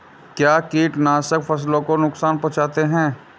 क्या कीटनाशक फसलों को नुकसान पहुँचाते हैं?